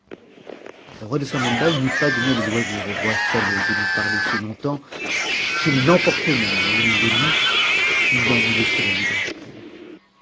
le roi de samandal n'eût pas donné le loisir au roi saleh de fui pa'ter si longtemps si l'emportement où il le mit lui en eût laissé m li